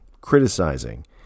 criticizing